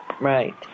Right